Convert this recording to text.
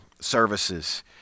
services